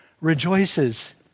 rejoices